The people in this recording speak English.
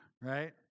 right